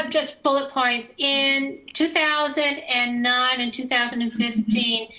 have just bullet points. in two thousand and nine and two thousand and fifteen